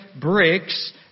bricks